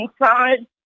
inside